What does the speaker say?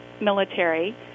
military